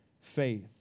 faith